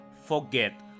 forget